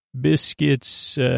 Biscuits